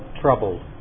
troubled